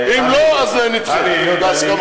לא בעוד חודשיים.